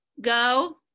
go